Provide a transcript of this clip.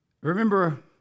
remember